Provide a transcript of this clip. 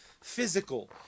physical